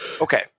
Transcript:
Okay